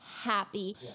happy